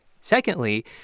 Secondly